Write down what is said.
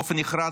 באופן נחרץ,